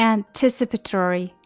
Anticipatory